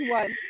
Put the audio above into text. one